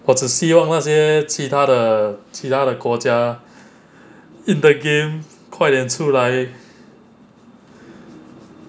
我只希望那些其他的其他的国家 in the game 快点出来